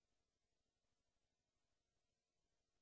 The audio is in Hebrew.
תודה רבה.